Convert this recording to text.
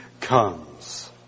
comes